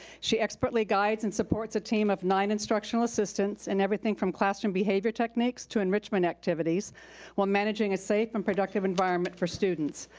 she expertly guides and supports a team of nine instructional assistants in everything from classroom behavior techniques to enrichment activities while managing a safe and productive environment for students.